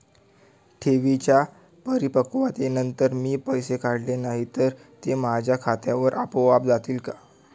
ठेवींच्या परिपक्वतेनंतर मी पैसे काढले नाही तर ते माझ्या खात्यावर आपोआप जातील का?